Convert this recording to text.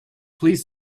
please